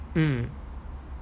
mm